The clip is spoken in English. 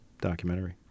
documentary